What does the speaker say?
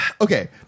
okay